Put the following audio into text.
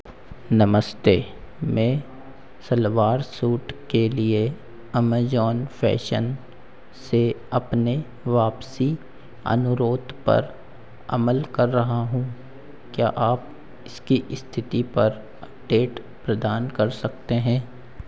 नमस्ते मैं सलवार सूट के लिए अमेजॉन फै़शन से अपने वापसी अनुरोध पर अमल कर रहा हूँ क्या आप इसकी स्थिति पर अपडेट प्रदान कर सकते हैं